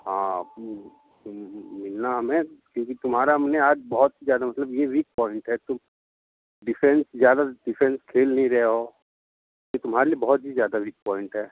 हाँ मैं क्योंकि तुम्हारा हमने आज बहुत ही ज़्यादा मतलब यह वीक पॉइंट है तो डिफेंस ज़्यादा डिफेंस खेल नहीं रहे हो यह तुम्हारे लिए बहुत ही ज़्यादा वीक पॉइंट है